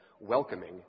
welcoming